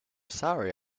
sorry